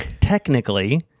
technically